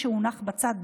שהונח בצד,